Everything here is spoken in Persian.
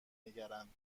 نگرند